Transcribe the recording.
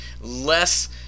less